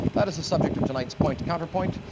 that is the subject of tonight's point counterpoint.